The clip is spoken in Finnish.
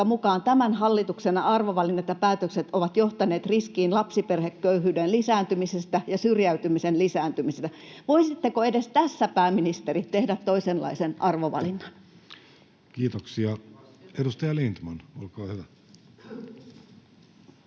mukaan tämän hallituksen arvovalinnat ja päätökset ovat johtaneet riskiin lapsiperheköyhyyden lisääntymisestä ja syrjäytymisen lisääntymisestä. Voisitteko edes tässä, pääministeri, tehdä toisenlaisen arvovalinnan? [Speech 229] Speaker: